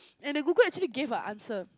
and the Google actually gave an answer